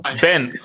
ben